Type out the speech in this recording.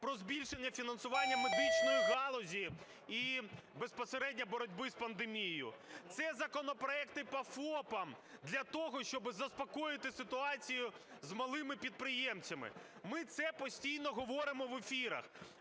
про збільшення фінансування медичної галузі і безпосередньо боротьби з пандемією, це законопроекти по ФОПам, для того, щоб заспокоїти ситуацію з малими підприємцями. Ми це постійно говоримо в ефірах.